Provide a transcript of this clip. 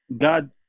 God